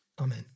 Amen